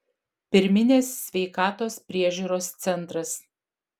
pirminės sveikatos priežiūros centras